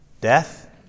death